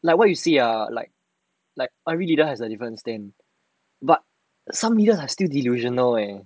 like what you see ah like like everybody has a different stand but some of them are still delusional eh